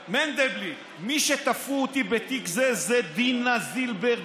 מנדלבליט: מי שתפרו אותי בתיק זה זה דינה זילבר,